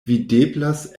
videblas